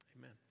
Amen